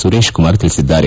ಸುರೇಶಕುಮಾರ್ ತಿಳಿಸಿದ್ದಾರೆ